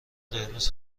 قرمز